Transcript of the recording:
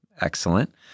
Excellent